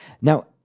Now